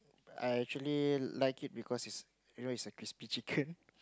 I actually like it because it's you know it's a crispy chicken